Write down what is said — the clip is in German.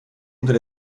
unter